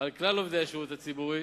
על כלל עובדי השירות הציבורי